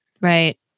right